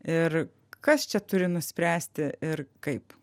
ir kas čia turi nuspręsti ir kaip